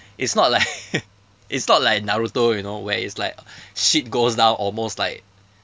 it's not like it's not like naruto you know where it's like shit goes down almost like